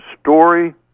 story